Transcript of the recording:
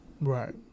Right